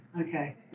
Okay